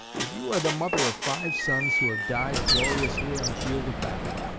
that you are the mother of five sons who have died gloriously on the field of battle.